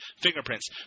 fingerprints